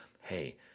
hey